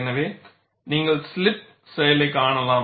எனவே நீங்கள் ஸ்லிப் செயலைக் காணலாம்